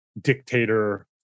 dictator